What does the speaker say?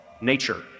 nature